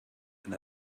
and